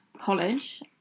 college